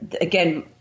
again